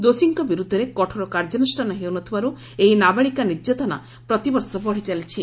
ଦୋଷୀଙ୍କ ବିରୁଦ୍ଧରେ କଠୋର କାର୍ଯ୍ୟାନୁଷ୍ଷାନ ହେଉନଥିବାରୁ ଏହି ନାବାଳିକା ନିର୍ଯାତନା ପ୍ରତିବର୍ଷ ବଢ଼ିଚାଲିଛି